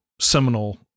seminal